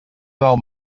del